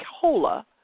cola